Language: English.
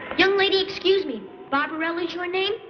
young lady, excuse me barbella's your name?